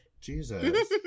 Jesus